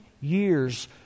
years